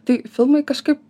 tai filmai kažkaip